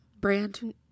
brand